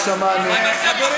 שמענו.